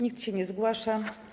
Nikt się nie zgłasza.